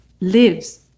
lives